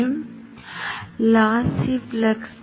அதனால் நான் என்ன செய்யப் போகிறேன்